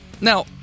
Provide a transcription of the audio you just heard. Now